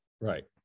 Right